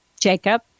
Jacob